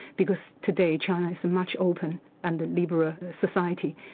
because today china is a much open and liberal society,